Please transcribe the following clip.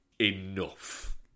enough